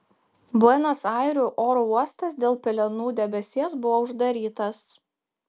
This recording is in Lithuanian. buenos airių oro uostas dėl pelenų debesies buvo uždarytas